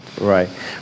Right